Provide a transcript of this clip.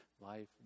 life